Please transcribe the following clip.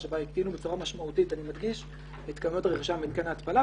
בה הקטינו בצורה משמעותית אני מדגיש את כמות הרכישה במתקני התפלה.